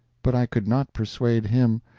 but i could not persuade him,